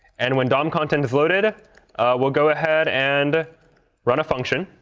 and when dom content is loaded we'll go ahead and run a function.